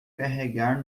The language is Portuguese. carregar